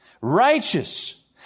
righteous